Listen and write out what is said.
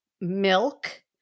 milk